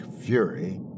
fury